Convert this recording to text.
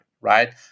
right